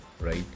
right